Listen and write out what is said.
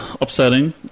upsetting